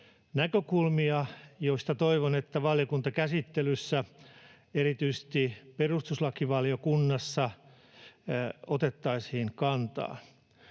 näkökulmia, joihin toivon, että valiokuntakäsittelyssä, erityisesti perustuslakivaliokunnassa, otettaisiin kantaa.